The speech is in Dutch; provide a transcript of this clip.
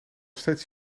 steeds